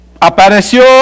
apareció